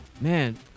man